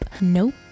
Nope